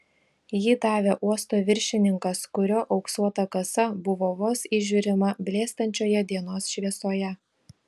jį davė uosto viršininkas kurio auksuota kasa buvo vos įžiūrima blėstančioje dienos šviesoje